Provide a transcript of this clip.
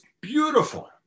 beautiful